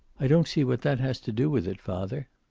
i don't see what that has to do with it, father.